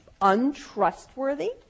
untrustworthy